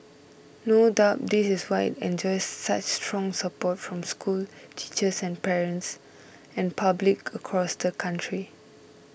no doubt this is why it enjoys such strong support from school teachers and parents and public across the country